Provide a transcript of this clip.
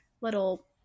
little